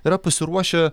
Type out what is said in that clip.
yra pasiruošę